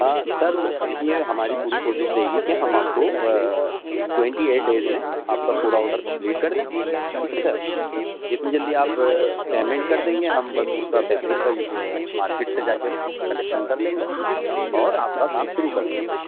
ہاں سر دیکھیے ہماری پوری کوشش رہے گی کہ ہم آپ کو ٹونٹی ایٹ ڈیز میں آپ کو پورا آڈر کمپلیٹ کر دیں ٹھیک ہے سر جتنی جلدی آپ پیمنٹ کر دیں گے ہم بس اس کا فیبرک کا مارکیٹ سے جا کے کلیکشن کر لیں گے اور آپ کا کام شروع کر دیں گے